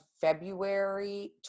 February